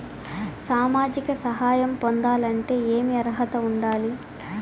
సామాజిక సహాయం పొందాలంటే ఏమి అర్హత ఉండాలి?